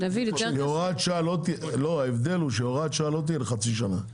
כי ההבדל הוא שהוראת שעה לא תהיה לחצי שנה.